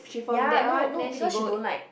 ya no no because she don't like